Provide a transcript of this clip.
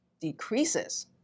decreases